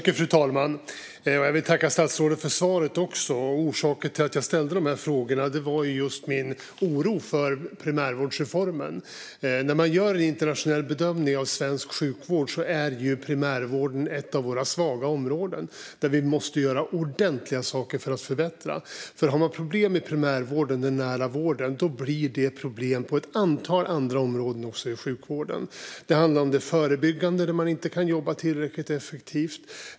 Fru talman! Jag tackar statsrådet för svaret. Orsaken till att jag ställde dessa frågor var min oro för primärvårdsreformen. När man gör en internationell bedömning av svensk sjukvård är primärvården ett av våra svaga områden, och vi måste göra ordentliga saker för att förbättra den. Har man problem med primärvården, den nära vården, blir det problem även på ett antal andra områden i sjukvården. Det handlar om det förebyggande arbetet, där man inte kan jobba tillräckligt effektivt.